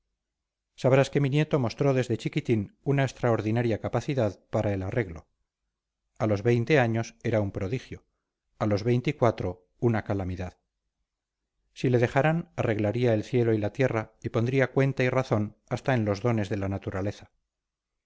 sabrás que mi nieto mostró desde chiquitín una extraordinaria capacidad para el arreglo a los veinte años era un prodigio a los veinticuatro una calamidad si le dejaran arreglaría el cielo y la tierra y pondría cuenta y razón hasta en los dones de la naturaleza